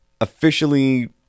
officially